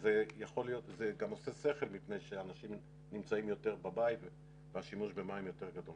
וזה גם עושה שכל מפני שאנשים נמצאים יותר בבית והשימוש במים יותר גדול.